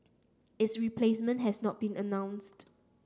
its replacement has not been announced